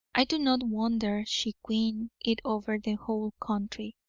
i do not wonder she queened it over the whole country.